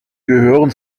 gehören